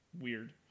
weird